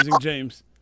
James